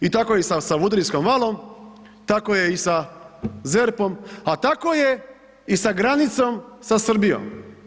I tako je i sa Savudrijskom valom, tako je i sa ZERP-om a tako je i sa granicom sa Srbijom.